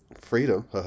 Freedom